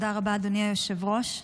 תודה רבה, אדוני היושב-ראש.